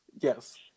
Yes